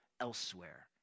elsewhere